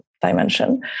dimension